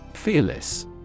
Fearless